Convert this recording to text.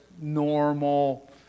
normal